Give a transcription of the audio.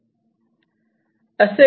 असे इम्पलेमेंटेशन कसे करावे